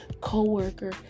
co-worker